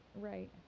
right